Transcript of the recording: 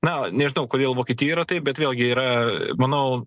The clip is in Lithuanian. na nežinau kodėl vokietijo yra taip bet vėlgi yra manau